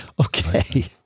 Okay